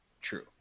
True